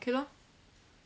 okay lor